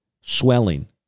swelling